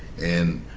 and